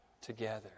together